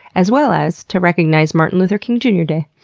as well as to recognize martin luther king jr. day.